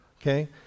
okay